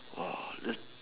that's